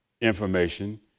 information